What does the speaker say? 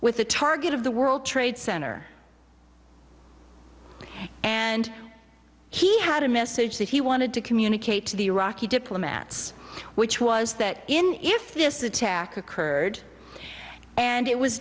with a target of the world trade center and he had a message that he wanted to communicate to the iraqi diplomats which was that in if this attack occurred and it was